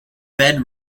bed